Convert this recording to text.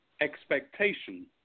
expectation